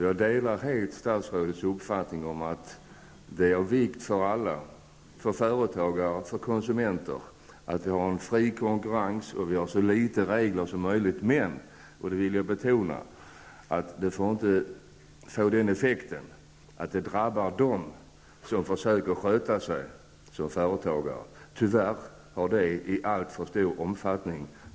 Jag delar helt statsrådets uppfattning att det är av vikt för alla, för företagare och för konsumenter, att vi har en fri konkurrens och att vi har så litet regler som möjligt. Men jag vill betona att detta inte får ha den effekten att de företagare som försöker sköta sig drabbas. Tyvärr har det skett i alltför stor omfattning.